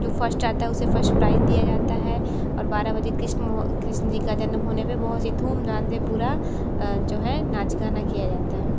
जो फर्स्ट आता है उसको फर्स्ट प्राइज़ दिया जाता है और बारह बजे कृष्ण जी का जन्म बहुत ही धूमधाम से पूरा जो है नाच गाना किया जाता है